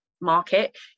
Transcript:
market